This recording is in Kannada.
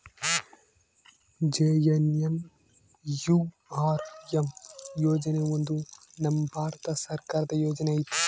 ಜೆ.ಎನ್.ಎನ್.ಯು.ಆರ್.ಎಮ್ ಯೋಜನೆ ಒಂದು ನಮ್ ಭಾರತ ಸರ್ಕಾರದ ಯೋಜನೆ ಐತಿ